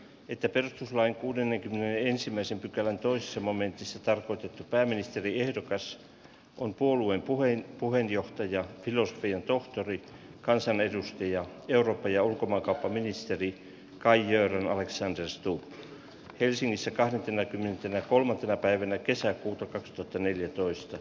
että perustuslain kuuden ensimmäisen pykälän toisessa momentissa tarkoitettu pääministeriehdokas on puolueen puheen puheenjohtaja filosofian tohtori kansanedustaja jurppia ulkomaankauppaministeri gain jorma aleksanteri slu helsingissä kaartin kymmenentenäkolmantena päivänä kesäkuuta kaksituhattaneljätoista